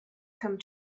come